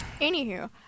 Anywho